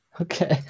okay